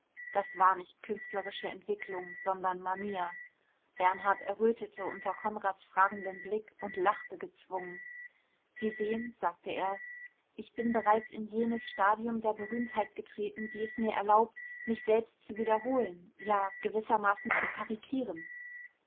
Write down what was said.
das war nicht künstlerische entwicklung sondern manier bernhard errötete unter konrads fragendem blick und lachte gezwungen sie sehen sagte er ich bin bereits in jenes stadium der berühmtheit getreten die es mir erlaubt mich selbst zu wiederholen ja gewissermaßen zu karikieren